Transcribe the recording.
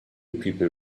people